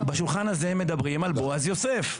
בשולחן הזה מדברים על בועז יוסף.